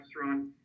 restaurant